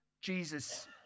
Jesus